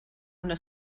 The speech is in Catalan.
una